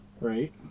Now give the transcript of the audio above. Right